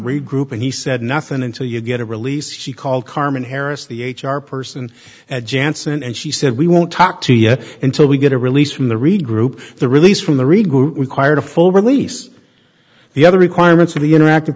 regroup and he said nothing until you get a release he called carmen harris the h r person at jansen and she said we won't talk to you until we get a release from the regroup the release from the reagan required a full release the other requirements of the interactive